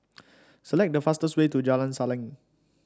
select the fastest way to Jalan Salang